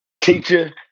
teacher